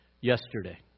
yesterday